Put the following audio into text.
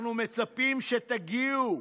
אנחנו מצפים שתגיעו,